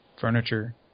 furniture